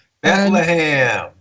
Bethlehem